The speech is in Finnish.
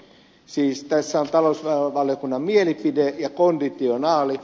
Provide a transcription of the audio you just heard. siis tässä on talousvaliokunnan mielipide ja konditionaali